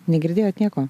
negirdėjot nieko